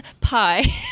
pie